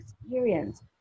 experience